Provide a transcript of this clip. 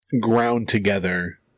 ground-together